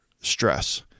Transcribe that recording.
stress